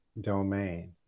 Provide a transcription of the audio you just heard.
domain